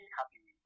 happy